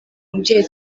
mubyeyi